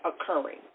occurring